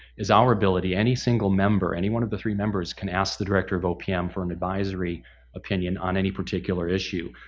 is our ability, any single member, any one of the three members can ask the director of opm for an advisory opinion on any particular issue.